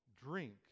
drink